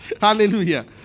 Hallelujah